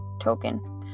token